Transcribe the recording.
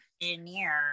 engineer